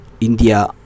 india